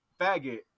faggot